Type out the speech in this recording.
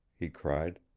he cried.